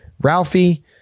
Ralphie